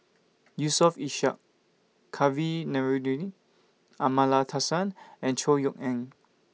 Yusof Ishak Kavignareru Amallathasan and Chor Yeok Eng